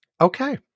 Okay